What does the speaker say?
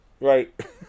Right